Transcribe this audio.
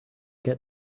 get